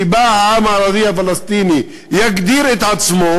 שבה העם הערבי הפלסטיני יגדיר את עצמו,